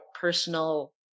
personal